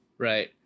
right